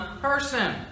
person